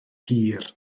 hir